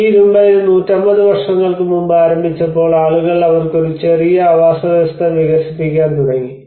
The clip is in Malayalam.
ഈ ഇരുമ്പയിര് 150 വർഷങ്ങൾക്ക് മുമ്പ് ആരംഭിച്ചപ്പോൾ ആളുകൾ അവർക്ക് ഒരു ചെറിയ ആവാസവ്യവസ്ഥ വികസിപ്പിക്കാൻ തുടങ്ങി